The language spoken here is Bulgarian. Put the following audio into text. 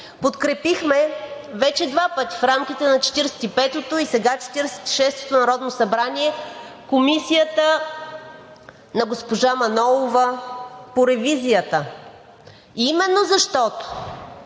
Подкрепихме вече два пъти – в рамките на 45-ото, и сега в 46-ото народно събрание, Комисията на госпожа Манолова по ревизията, именно защото